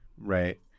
Right